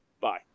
Bye